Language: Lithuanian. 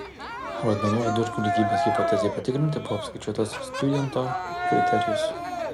rodmenų vidurkių lygybės hipotezei patikrinti buvo apskaičiuotas stjudento kriterijus